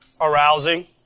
Arousing